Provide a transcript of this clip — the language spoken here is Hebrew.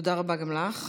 תודה רבה גם לך.